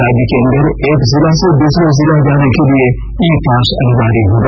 राज्य के अंदर एक जिला से दूसरे जिला जाने के लिए ई पास अनिवार्य होगा